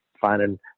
finding